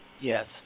Yes